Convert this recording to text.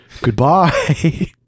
Goodbye